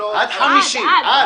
"עד 50". עד,